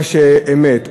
מה שאמת.